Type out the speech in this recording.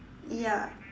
ya